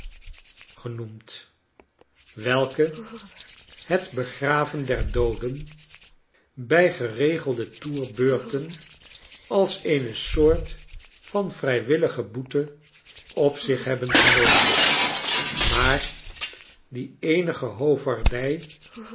genoemd welke het begraven der dooden bij geregelde toerbeurten als eene soort van vrijwillige boete op zich hebben genomen maar die